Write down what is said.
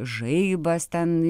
žaibas ten